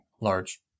large